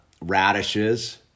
radishes